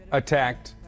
attacked